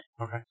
Okay